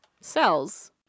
cells